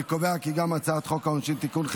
אני קובע כי גם הצעת חוק העונשין (תיקון,